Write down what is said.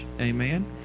amen